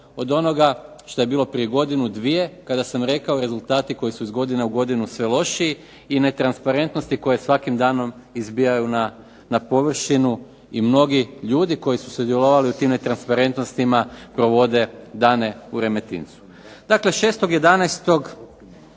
od onoga što je bilo prije godinu dvije, kada sam rekao da su rezultati iz godine u godinu sve lošiji i netransparentnosti koje svaki danom izbijaju na površinu i mnogi ljudi koji su sudjelovali u tim netransparentnostima provode dane u Remetincu. Dakle, 6. 11.